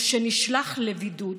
או שנשלח לבידוד